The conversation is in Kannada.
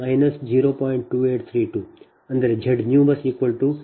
0832 0